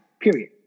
period